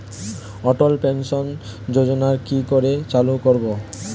অটল pension যোজনার কি করে চালু করব?